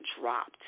dropped